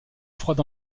froide